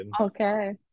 Okay